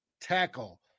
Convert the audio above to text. tackle